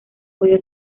podido